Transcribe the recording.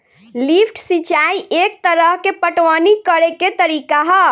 lift सिंचाई एक तरह के पटवनी करेके तरीका ह